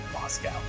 Moscow